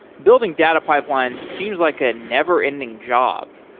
building data pipelines seems like a never-ending job,